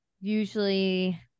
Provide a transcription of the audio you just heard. usually